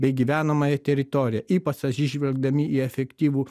bei gyvenamąją teritoriją ypač atsižvelgdami į efektyvų